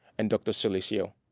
and dr. sulistio,